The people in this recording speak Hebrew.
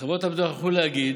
חברות הביטוח יכלו להגיד: